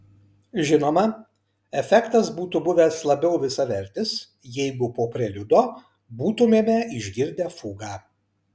žinoma efektas būtų buvęs labiau visavertis jeigu po preliudo būtumėme išgirdę fugą